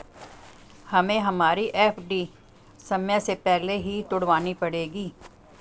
हमें हमारी एफ.डी समय से पहले ही तुड़वानी पड़ेगी